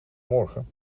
morgen